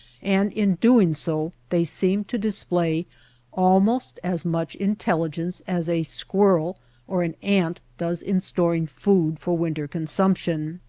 and in doing so they seem to display almost as much intelligence as a squirrel or an ant does in storing food for winter consumption.